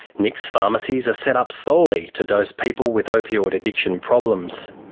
nick's pharmacies are set up solely to dose people with opioid addiction problems.